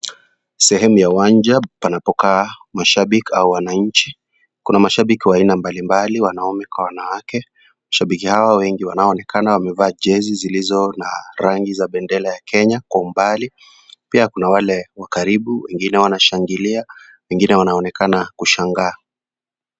Sehemu ya uwanja panapokaa mashabiki au wananchi. Kuna mashabiki aina mbali mbali kuna wanaume kwa wanawake. Mashabiki hao wengi wanaonekana wamevaa jezi zilizo na rangi za bendera ya kenya kwa umbali pia kuna wale wa karibu. Wengine wanashangilia, wengine wanaonekana kushangaa.